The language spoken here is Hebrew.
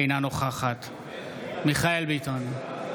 אינה נוכחת מיכאל מרדכי ביטון,